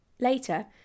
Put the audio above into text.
Later